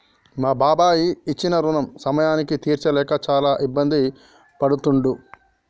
మా బాబాయి ఇచ్చిన రుణం సమయానికి తీర్చలేక చాలా ఇబ్బంది పడుతుండు